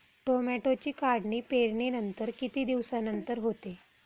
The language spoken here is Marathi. टोमॅटोची काढणी पेरणीनंतर किती दिवसांनंतर होते?